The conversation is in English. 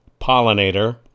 pollinator